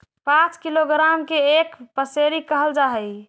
पांच किलोग्राम के एक पसेरी कहल जा हई